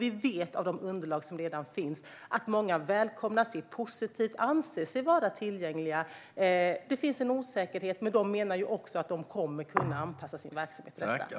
Vi vet av de underlag som redan finns att många välkomnar detta, ser positivt på det och anser sig vara tillgängliga. Det finns en osäkerhet, men man menar ändå att man kommer att kunna anpassa sin verksamhet till detta.